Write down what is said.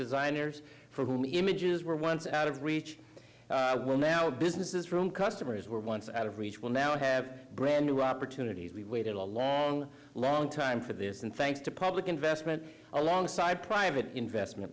designers for whom the images were once out of reach will now businesses room customers were once out of reach will now have brand new opportunities we waited a long long time for this and thanks to public investment alongside private investment